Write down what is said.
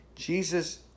Jesus